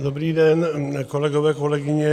Dobrý den, kolegové, kolegyně.